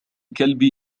كلبي